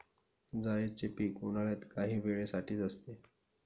जायदचे पीक उन्हाळ्यात काही वेळे साठीच असते